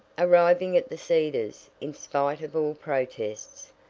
arriving at the cedars, in spite of all protests,